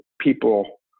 people